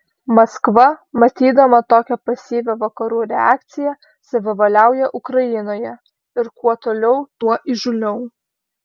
maskva matydama tokią pasyvią vakarų reakciją savivaliauja ukrainoje ir kuo toliau tuo įžūliau